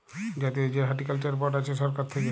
জাতীয় যে horticulture board আছে সরকার থাক্যে